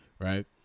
right